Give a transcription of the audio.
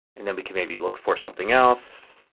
and then we can maybe look for something else.